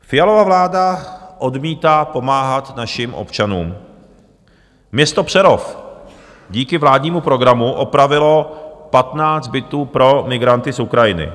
Fialova vláda odmítá pomáhat našim občanům, město Přerov díky vládnímu programu opravilo 15 bytů pro migranty z Ukrajiny.